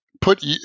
put